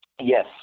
Yes